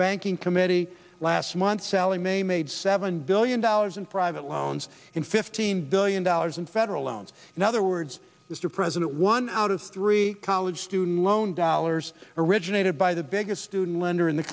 banking committee last month sallie mae made seven billion dollars in private loans in fifteen billion dollars in federal loans in other words mr president one out of three college student loan dollars originated by the biggest student lender in the